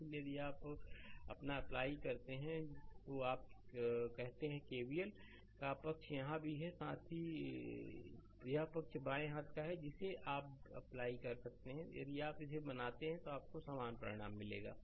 इसलिए यदि आप अपना अप्लाई करते हैं तो आप कहते हैं कि केवीएल का पक्ष यहां भी है साथ ही यह पक्ष बाएं हाथ का भी है जिसे आप भी अप्लाई कर सकते हैं यदि आप इसे बनाते हैं तो आपको समान परिणाम मिलेगा